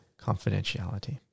confidentiality